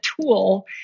tool